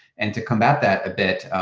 and to combat that a bit,